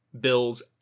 bills